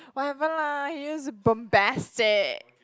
whatever lah he use bombastic